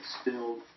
spilled